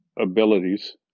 abilities